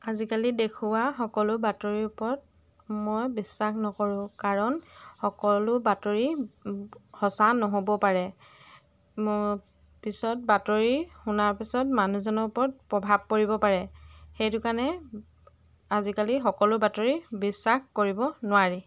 আজিকালি দেখুওৱা সকলো বাতৰি ওপৰত মই বিশ্বাস নকৰোঁ কাৰণ সকলো বাতৰি সঁচা নহ'ব পাৰে ম পিছত বাতৰি শুনাৰ পিছত মানুহজনৰ ওপৰত প্ৰভাৱ পৰিব পাৰে সেইটো কাৰণে আজিকালি সকলো বাতৰি বিশ্বাস কৰিব নোৱাৰি